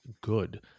good